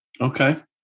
Okay